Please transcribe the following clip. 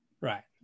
Right